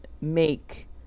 make